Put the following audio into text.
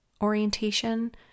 orientation